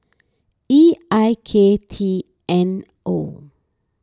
E I K T N O